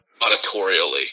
auditorially